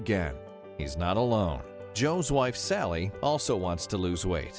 he's not alone joe's wife sally also wants to lose weight